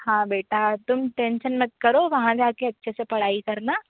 हाँ बेटा तुम टेन्सन मत करो वहाँ जा कर अच्छे से पढ़ाई करना